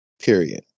period